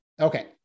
okay